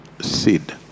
Seed